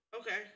Okay